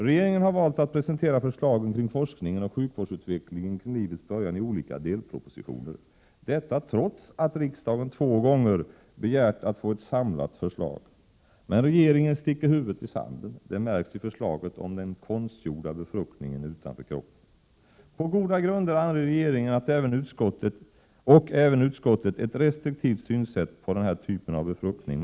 Regeringen har valt att presentera förslagen kring forskningen och sjukvårdsutvecklingen kring livets början i olika delpropositioner. Detta trots att riksdagen två gånger begärt att få ett samlat förslag. Men regeringen sticker huvudet i sanden. Det märks i förslaget om den ”konstgjorda” befruktningen utanför kroppen. På goda grunder anger regeringen och även utskottet ett restriktivt synsätt på den typen av befruktning.